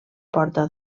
porta